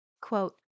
Quote